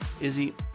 Izzy